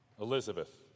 Elizabeth